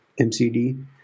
MCD